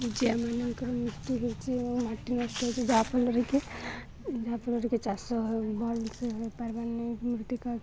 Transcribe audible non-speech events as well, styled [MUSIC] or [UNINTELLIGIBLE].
ଯିଏ ଆମମାନଙ୍କର [UNINTELLIGIBLE] ହେଉଛି ମାଟି ନଷ୍ଟ ହେଉଛି ଯାହା ଫଳରେ କିି ଯାହାଫଳରେ କିି ଚାଷ ଭଲସେ ହୋଇପାରିବ [UNINTELLIGIBLE]